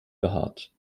behaart